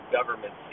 Government